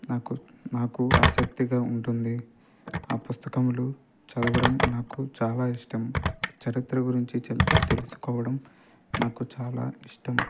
నాకు నాకు ఆసక్తిగా ఉంటుంది ఆ పుస్తకములు చదవడం నాకు చాలా ఇష్టం చరిత్ర గురించి చల్ తెలుసుకోవడం నాకు చాలా ఇష్టం